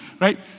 Right